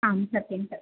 आं सत्यं सत्यम्